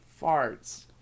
farts